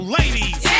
ladies